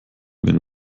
wenn